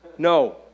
No